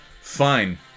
Fine